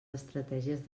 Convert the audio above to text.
estratègies